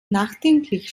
nachdenklich